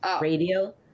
radio